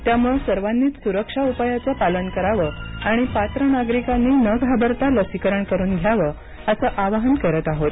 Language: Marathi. त्यामुळे सर्वांनीच सुरक्षा उपायांचं पालन करावं आणि पात्र नागरिकांनी न घाबरता लसीकरण करून घ्यावं असं आवाहन करत आहोत